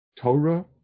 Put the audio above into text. Torah